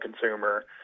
consumer